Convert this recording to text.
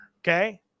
Okay